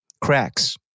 Cracks